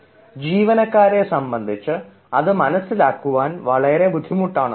എന്ന വാചകം ഉപയോഗിച്ചാൽ ജീവനക്കാരെ സംബന്ധിച്ച് അത് മനസ്സിലാക്കുവാൻ വളരെ ബുദ്ധിമുട്ടാണ്